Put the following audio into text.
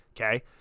Okay